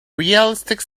realistic